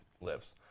lives